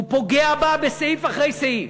ופוגע בה סעיף אחרי סעיף.